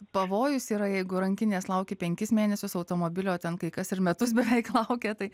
pavojus yra jeigu rankinės lauki penkis mėnesius automobilio ten kai kas ir metus beveik laukia tai